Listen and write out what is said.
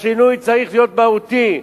אז שינוי צריך להיות מהותי.